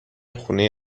خونه